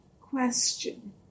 question